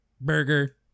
Burger